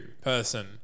person